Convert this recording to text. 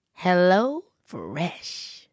HelloFresh